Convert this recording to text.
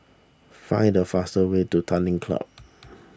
find the faster way to Tanglin Club